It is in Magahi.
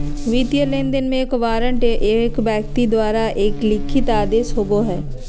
वित्तीय लेनदेन में, एक वारंट एक व्यक्ति द्वारा एक लिखित आदेश होबो हइ